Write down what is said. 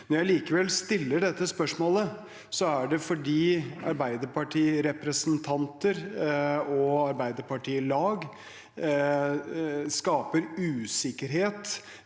Når jeg allikevel stiller dette spørsmålet, er det fordi Arbeiderparti-representanter og Arbeiderparti-lag skaper usikkerhet